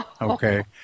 Okay